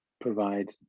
provide